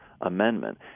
amendment